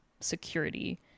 security